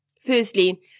Firstly